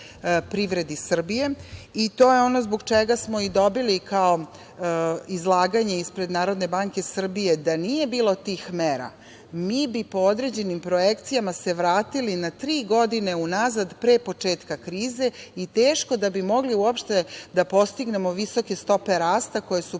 privredi Srbije. To je ono zbog čega smo i dobili kao izlaganje ispred Narodne banke Srbije da nije bilo tih mera mi bi po određenim projekcijama se vratili na tri godine unazad pre početka krize i teško da bi mogli uopšte da postignemo visoke stope rasta koje su